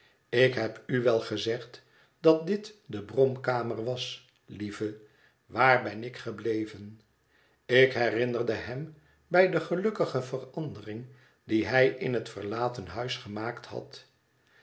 ik heb u wel gezegd dat dit de bromkamer was lieve waar ben ik gebleven ikherinnerde hem bij de gelukkige verandering die hij in het verlaten huis gemaakt had